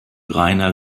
rainer